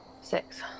Six